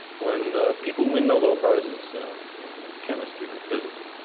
when people win nobel prizes in chemistry or physics,